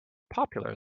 popular